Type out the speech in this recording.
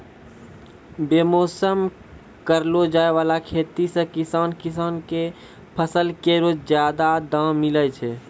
बेमौसम करलो जाय वाला खेती सें किसान किसान क फसल केरो जादा दाम मिलै छै